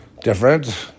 different